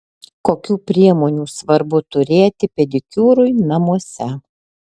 kokių priemonių svarbu turėti pedikiūrui namuose